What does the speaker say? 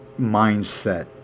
mindset